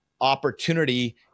opportunity